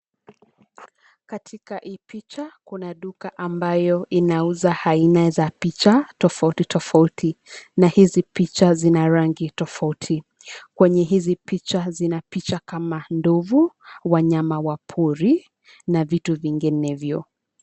Katika hii picha, kuna duka ambayo inauza aina za picha tofauti tofauti na hizi picha zina rangi tofauti. Kwenye hizi picha zina picha kama ndovu ,wanyama wa pori, na vitu vinginevyo.